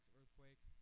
earthquake